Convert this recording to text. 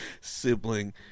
sibling